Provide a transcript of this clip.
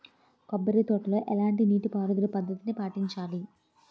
కొబ్బరి తోటలో ఎలాంటి నీటి పారుదల పద్ధతిని పాటించాలి?